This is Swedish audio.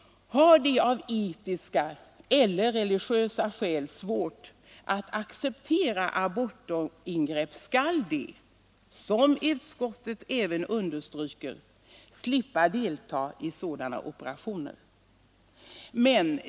Har de av etiska eller religiösa skäl svårt att acceptera abortingrepp skall de, som utskottet även understryker, slippa delta i sådana operationer.